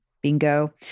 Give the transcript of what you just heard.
bingo